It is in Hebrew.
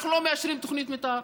אנחנו לא מאשרים תוכנית מתאר,